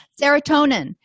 Serotonin